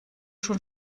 schon